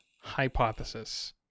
hypothesis